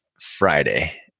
Friday